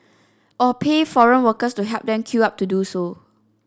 or pay foreign workers to help them queue up to do so